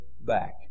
back